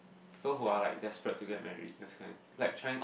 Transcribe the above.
people who are like desperate to get married those kind like trying